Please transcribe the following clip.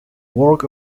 work